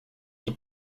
die